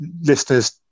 listeners